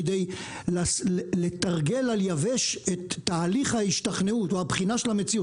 כדי לתרגל על יבש את תהליך ההשתכנעות או הבחינה של המציאות,